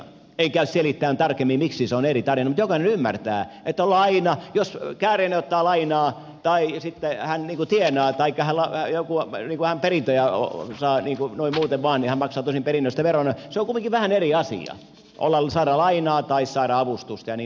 en käy selittämään tarkemmin miksi se on eri tarina mutta jokainen ymmärtää että jos kääriäinen ottaa lainaa tai sitten hän tienaa taikka saa perintöjä noin muuten vaan niin hän maksaa tosin perinnöstä veron mutta se on kumminkin vähän eri asia saada lainaa kuin saada avustusta ja niin poispäin